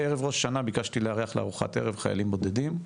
בערב ראש השנה ביקשתי לארח לארוחת ערב חיילים בודדים,